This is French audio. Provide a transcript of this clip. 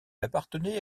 appartenait